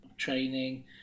Training